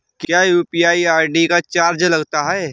क्या UPI ID का charge लगता है?